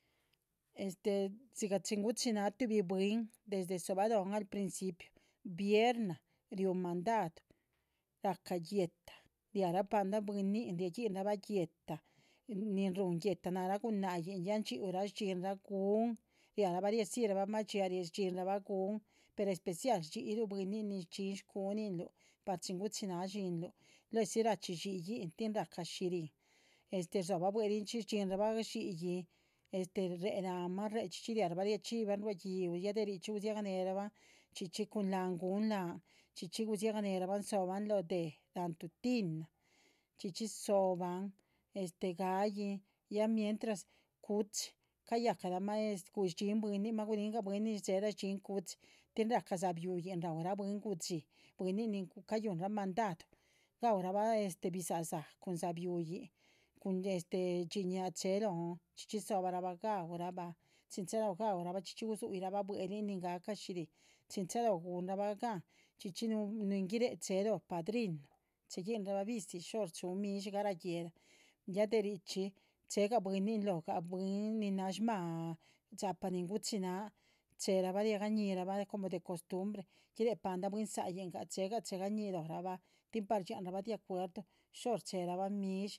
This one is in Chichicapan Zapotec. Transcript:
Este dzigah chin guchinaha tuhbi bwín desde dzobalóho al principio vierna riúh mandaduh rahca guéhta riah rah paldah bwínin riaguihinrabah guéhta nin rúhu. guéhta náhara guná yin ya ndxhíuhraa shdxínrah gun riah rabah riadzirabah mah dxiáa riacah rahbah gun per especial shdxíyiluh bwínin nin shdxín shcuhuninluh. par chin guchi náha dxínluh luezi rachxí dxi´yin tin rahca shihrín este rdzóhobah buehlinchxí shdxínra bah dxi´yi, este réhe láhanmah réhe chxí chxí ria ra bah. riachxíbirabahan ruá gi´uh ya de richxí gudziá ganeherabahn chxí chxí cun láhan gun láhan chxí chxí gudziaga néherabahn lóho déh tantu tina chxí chxí dzóhobahn. este ga´yin ya mientras cuchi cayacalah mah este pues shdxin bwinin lac mah gurihn gah bwín nin shdxéhela shdxín cuchi tin rahca dzáa bihuiyin raurah bwín. gudxí buihinin nin cayuhunra mandadu gaurabah este bidzáh dzáh dzáa bihuiyin, cun este dxin ñáaha chéhe lóhon chxí chxí dzóbah rabah gaúrah bah chin chalóho. gaú ra bah chxí chxí gudzuyi rahbah buehlin nin gah cah shírin chin chalóho guhunra bah gahn chxí chxí núhu nin guiréh chéhe lóho padrinuh chéhe guinrah bah visi. shór chúhu midshí garah guéhla ya de richxí chéhegah bwínin lóhgah bwín nin náha shmáha dxápaa nin guchináha chéherabah riaga ñíhirabah como de costumbre. guiréh paldah bwín záayin gah che´gah chegañih lóhora bah tin par dxianra bah de acuerdo shór chéherabah midshí